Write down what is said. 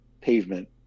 Pavement